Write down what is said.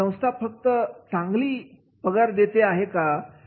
संस्था फक्त सांगते की सीटीसी काय आहे